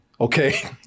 Okay